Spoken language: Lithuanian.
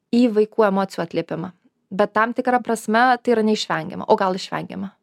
į vaikų emocijų atliepimą bet tam tikra prasme tai yra neišvengiama o gal išvengiama